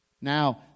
now